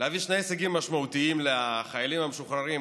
להביא שני הישגים משמעותיים לחיילים המשוחררים,